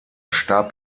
starb